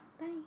Bye